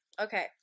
Okay